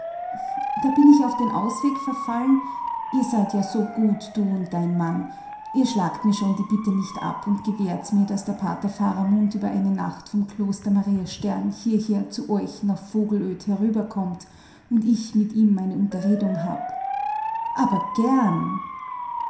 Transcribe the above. da bin ich auf den ausweg verfallen ihr seid ja so gut du und dein mann ihr schlagt mir schon die bitte nicht ab und gewährt's mir daß der pater faramund über eine nacht vom kloster maria stern hierher zu euch nach vogelöd herüberkommt und ich mit ihm meine unterredung hab aber gern